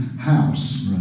house